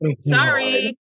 Sorry